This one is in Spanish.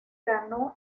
ganó